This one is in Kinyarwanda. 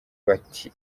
bati